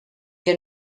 que